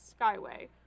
Skyway